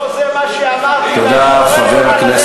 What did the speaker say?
לא זה מה שאמרתי, ואני קורא לך ללכת